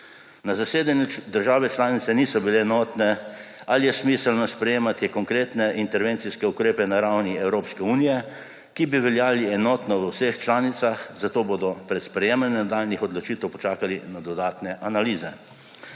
Na zasedanju države članice niso bile enotne, ali je smiselno sprejemati konkretne intervencijske ukrepe na ravni Evropske unije, ki bi veljali enotno v vseh članicah, zato bodo pred sprejemanjem nadaljnjih odločitev počakali na dodatne analize.